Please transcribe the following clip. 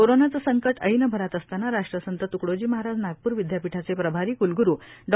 कोरोनाचे संकट ऐन भरात असताना राष्ट्रसंत त्कडोजी महाराज नागपूर विद्यापीठाचे प्रभारी क्लग्रू डॉ